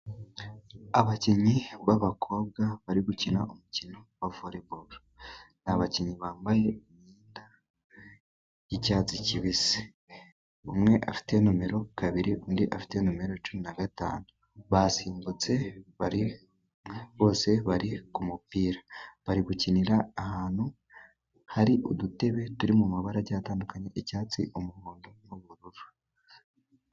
Abakinnyi b'abakobwa bari gukina umukino wa voreboro. Ni abakinnyi bambaye imyenda y'icyatsi kibisi. Umwe afite nomero kabiri, undi afite nomero cumi na gatanu. Basimbutse bari bose, bari ku mupira. Bari gukinira ahantu hari udutebe turi mu mabara agiye atandukanye, icyatsi, umuhondo, n'ubururu.